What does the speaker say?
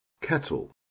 kettle